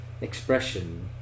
expression